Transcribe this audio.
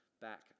back